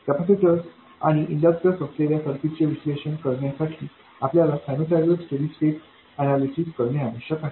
capacitor आणि inductors असलेल्या सर्किटचे विश्लेषण करण्यासाठी आपल्याला सायनुसॉइडल स्टेडी स्टेट अनैलिसिस करणे आवश्यक आहे